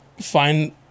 find